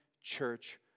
church